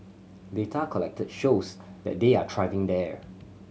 data collected shows that they are thriving there